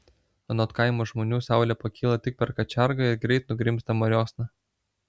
anot kaimo žmonių saulė pakyla tik per kačergą ir greit nugrimzta mariosna